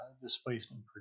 displacement